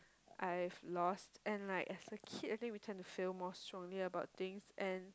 I've lost and like as kid I think we tend to feel more strongly about things and